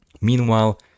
Meanwhile